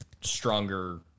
stronger